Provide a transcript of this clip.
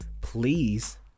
please